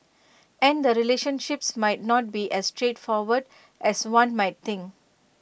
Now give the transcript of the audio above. and the relationships might not be as straightforward as one might think